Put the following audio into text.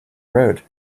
road